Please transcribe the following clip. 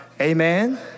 Amen